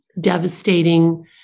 devastating